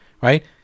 right